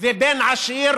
ובן עשיר